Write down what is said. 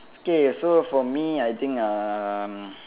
okay so for me I think um